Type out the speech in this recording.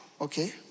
Okay